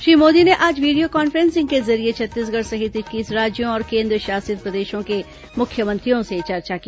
श्री मोदी ने आज video conferencing के जरिए छत्तीसगढ़ सहित इक्कीस राज्यों और केंद्र शासित प्रदेशों के मुख्यमंत्रियों से चर्चा की